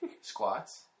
squats